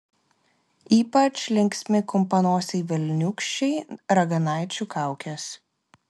ypač linksmi kumpanosiai velniūkščiai raganaičių kaukės